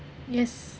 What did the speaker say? yes